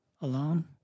alone